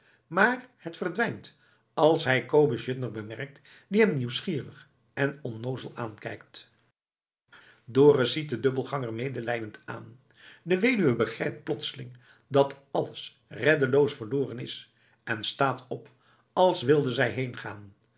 maar het verdwijnt als hij kobus juttner bemerkt die hem nieuwsgierig en onnoozel aankijkt dorus ziet den dubbelganger medelijdend aan de weduwe begrijpt plotseling dat alles reddeloos verloren is en staat op als wilde zij